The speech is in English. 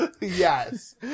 Yes